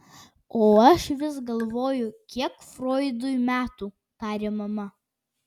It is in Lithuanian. o aš vis galvoju kiek froidui metų tarė mama